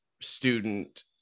student